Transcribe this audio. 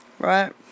right